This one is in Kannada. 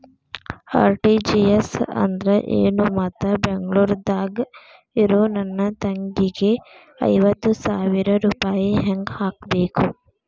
ಆರ್.ಟಿ.ಜಿ.ಎಸ್ ಅಂದ್ರ ಏನು ಮತ್ತ ಬೆಂಗಳೂರದಾಗ್ ಇರೋ ನನ್ನ ತಂಗಿಗೆ ಐವತ್ತು ಸಾವಿರ ರೂಪಾಯಿ ಹೆಂಗ್ ಹಾಕಬೇಕು?